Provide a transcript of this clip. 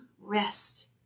rest